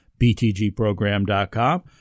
btgprogram.com